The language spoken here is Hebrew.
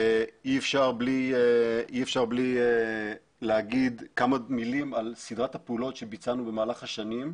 אי אפשר בלי להגיד כמה מילים על סדרת הפעולות שביצענו במהלך השנים.